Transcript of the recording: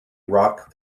rock